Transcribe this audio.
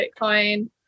Bitcoin